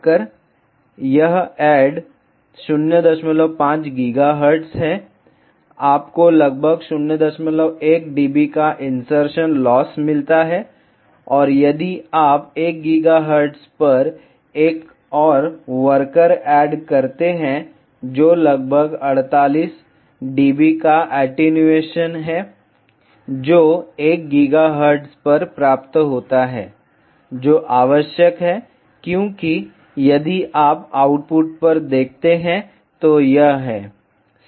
यह add 05 GHz है आपको लगभग 01 dB का इंसर्शन लॉस मिलता है और यदि आप 1 GHz पर एक और वर्कर ऐड करते हैं जो लगभग 48 dB का एटीन्यूएशन है जो 1 GHz पर प्राप्त होता है जो आवश्यक है क्योंकि यदि आप आउटपुट पर देखते हैं तो यह है